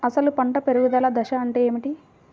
అసలు పంట పెరుగుదల దశ అంటే ఏమిటి?